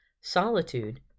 Solitude